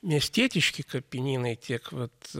miestietiški kapinynai tiek vat